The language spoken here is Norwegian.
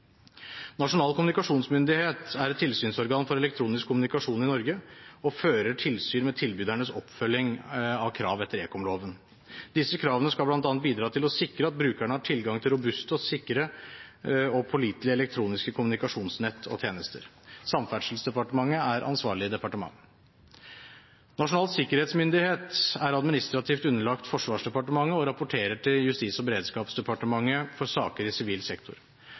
Nasjonal kommunikasjonsmyndighet er et tilsynsorgan for elektronisk kommunikasjon i Norge og fører tilsyn med tilbydernes oppfølging av krav etter ekomloven. Disse kravene skal bl.a. bidra til å sikre at brukerne har tilgang til robuste, sikre og pålitelige elektroniske kommunikasjonsnett og -tjenester. Samferdselsdepartementet er ansvarlig departement. Nasjonal sikkerhetsmyndighet er administrativt underlagt Forsvarsdepartementet og rapporterer til Justis- og beredskapsdepartementet for saker i sivil sektor.